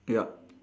yup